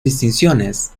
distinciones